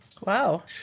Wow